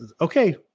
okay